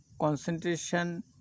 concentration